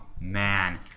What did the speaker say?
man